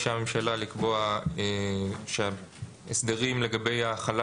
ביקשה הממשלה לקבוע שההסדרים לגבי ההחלה